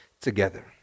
together